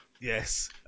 Yes